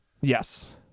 yes